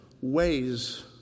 ways